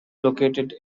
located